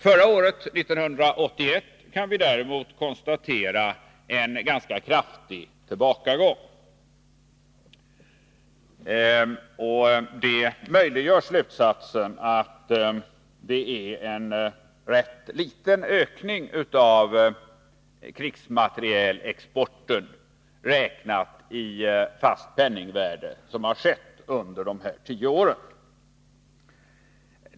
Förra året, 1981, kunde vi däremot konstatera en ganska kraftig tillbakagång. Detta möjliggör slutsatsen att det är en ganska liten ökning av krigsmaterielexporten, räknat i fast penningvärde, som har skett under dessa tio år.